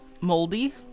moldy